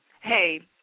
hey